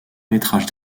métrage